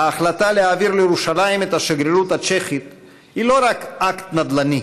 ההחלטה להעביר לירושלים את השגרירות הצ'כית היא לא רק אקט נדל"ני.